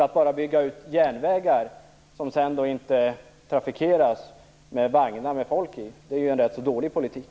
Att bara bygga ut järnvägar som sedan inte trafikeras med vagnar med folk i är ju en ganska dålig politik.